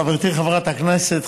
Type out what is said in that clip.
חברתי חברת הכנסת,